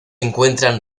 encuentran